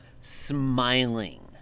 smiling